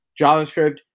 JavaScript